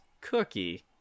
Cookie